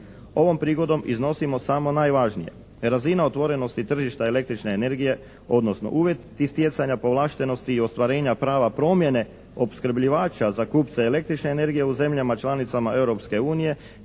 Ovom prigodom iznosimo samo najvažnije. Razina otvorenosti tržišta električne energije, odnosno uvjet i stjecanja povlaštenosti i ostvarenja prava promjene opskrbljivača za kupce električne energije u zemljama članicama Europske unije